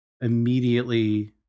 immediately